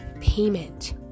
payment